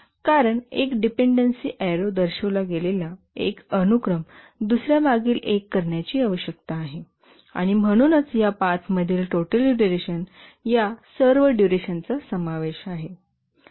आणि कारण एक डिपेंडेंसी एरो दर्शविला गेलेला एक अनुक्रम दुसर्यामागील एक करण्याची आवश्यकता आहे आणि म्हणूनच या पाथ तील टोटल डुरेशन या सर्व डुरेशनचा समावेश आहे